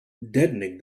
deadening